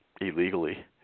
illegally